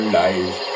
life